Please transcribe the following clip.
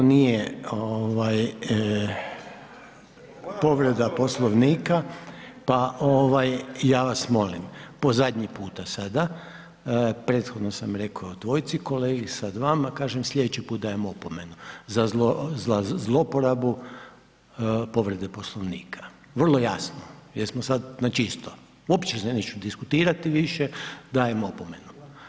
Dobro, to nije povreda Poslovnika, pa ja vas molim po zadnji puta sada, prethodno sam rekao dvojici kolegi, sad vama kažem, slijedeći put dajem opomenu za zlouporabu povrede Poslovnika, vrlo jasno, jesmo sad na čisto, uopće se neću diskutirati više, dajem opomenu.